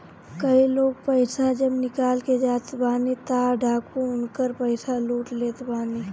कई लोग पईसा जब निकाल के जाते बाने तअ डाकू उनकर पईसा लूट लेत बाने